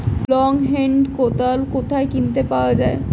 Long hand কোদাল কোথায় কিনতে পাওয়া যায়?